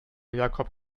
jakob